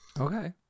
Okay